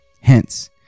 Hence